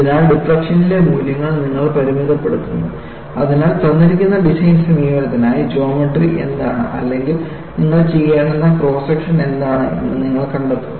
അതിനാൽ ഡിഫ്ളക്ഷനിലെ മൂല്യങ്ങൾ നിങ്ങൾ പരിമിതപ്പെടുത്തുന്നു അതിനാൽ തന്നിരിക്കുന്ന ഡിസൈൻ സമീപനത്തിനായി ജോമട്രി എന്താണ് അല്ലെങ്കിൽ നിങ്ങൾ ചെയ്യേണ്ട ക്രോസ് സെക്ഷൻ എന്താണെന്ന് നിങ്ങൾ കണ്ടെത്തും